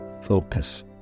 focus